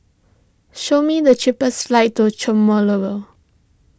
show me the cheapest flights to